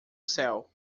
céu